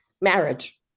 marriage